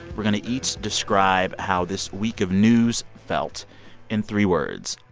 we're going to each describe how this week of news felt in three words.